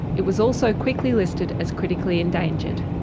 it was also quickly listed as critically endangered.